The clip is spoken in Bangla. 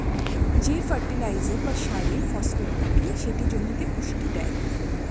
যে ফার্টিলাইজার বা সারে ফসফেট থাকে সেটি জমিতে পুষ্টি দেয়